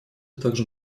также